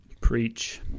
Preach